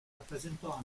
rappresentò